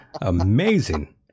Amazing